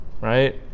Right